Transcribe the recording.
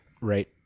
Right